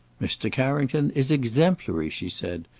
mr. carrington is exemplary, she said,